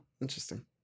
interesting